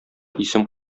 исем